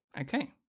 Okay